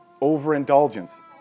Overindulgence